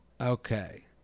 Okay